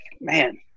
man